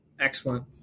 Excellent